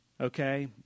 okay